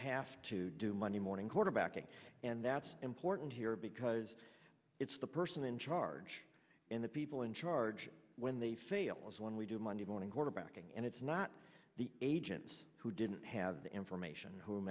have to do monday morning quarterbacking and that's important here because it's the person in charge and the people in charge when they fail when we do monday morning quarterbacking and it's not the agents who didn't have the information who